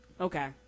Okay